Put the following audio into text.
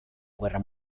guerra